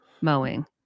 mowing